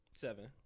Seven